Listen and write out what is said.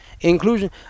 inclusion